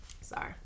Sorry